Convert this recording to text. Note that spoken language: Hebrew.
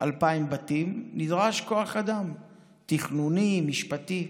2,000 בתים, נדרש כוח אדם תכנוני, משפטי,